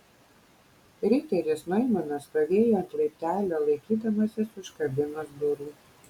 riteris noimanas stovėjo ant laiptelio laikydamasis už kabinos durų